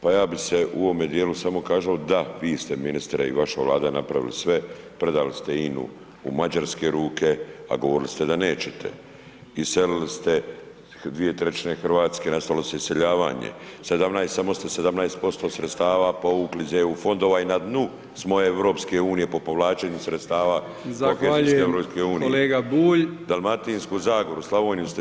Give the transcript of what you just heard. Pa ja bih se u ovome dijelu samo kazao da, vi ste ministre i vaša Vlada napravili sve, predali ste INA-u u Mađarske ruke a govorili ste da nećete, iselili ste 2/3 Hrvatske, nastavilo se iseljavanje, samo ste 17% sredstava povukli iz EU fondova i na dnu smo EU po povlačenju sredstava kohezijske EU [[Upadica Brkić: Zahvaljujem kolega Bulj.]] Dalmatinsku zagoru, Slavoniju ste